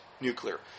nuclear